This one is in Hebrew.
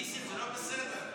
ניסים, זה לא בסדר.